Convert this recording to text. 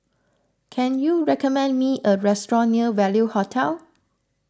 can you recommend me a restaurant near Value Hotel